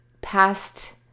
past